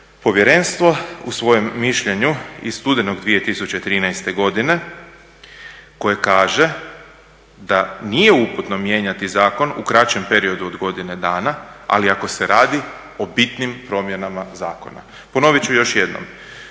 povjerenstvo u svojem mišljenju iz studenog 2013. godine koje kaže da nije uputno mijenjati zakon u kraćem periodu od godine dana, ali ako se radi o bitnim promjenama zakona. Ponovit ću još jednom.